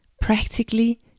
practically